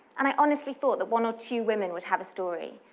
and i honestly thought that one or two women would have a story.